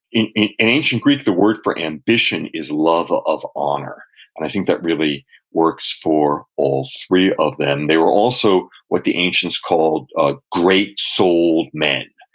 in in ancient greek, the word for ambition is love of honor, and i think that really works for all three of them. they were also what the ancients called a great-souled so man.